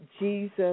Jesus